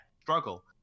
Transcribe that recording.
struggle